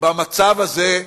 במצב הזה,